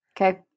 okay